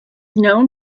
known